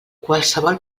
qualsevol